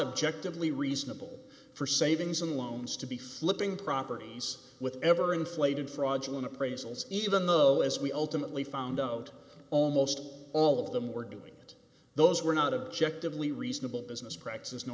objective lee reasonable for savings and loans to be flipping properties with ever inflated fraudulent appraisals even though as we ultimately found out almost all of them were doing it those were not objective we reasonable business practices no